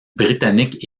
britanniques